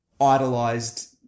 idolized